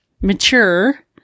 mature